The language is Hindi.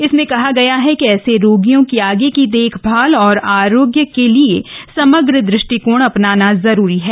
इसमें कहा गया है कि ऐसे रोगियों की आगे की देखभाल और आरोग्य के लिए समग्र द ष्टिकोण अपनाना जरूरी है